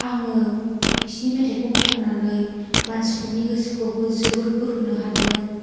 आङो बिसिनि मेथाइखौ खननानै मानसिफोरनि गोसोखौबो जोबोर बोहोनो हादों